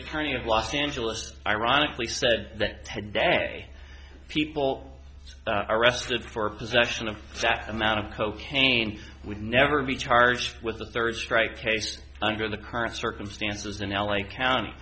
attorney of los angeles ironically said that today people are arrested for possession of facts amount of cocaine would never be charged with a third strike case under the current circumstances in l a county